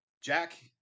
Jack